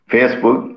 Facebook